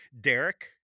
Derek